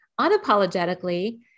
unapologetically